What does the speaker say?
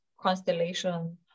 constellation